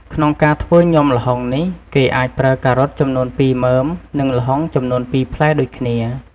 ក្នុងការធ្វើញំាល្ហុងនេះ គេអាចប្រើការ៉ុតចំនួនពីរមើម និងល្ហុងចំនួនពីរផ្លែដូចគ្នា។